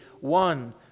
One